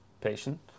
patient